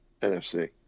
NFC